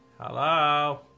hello